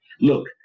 Look